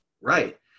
Right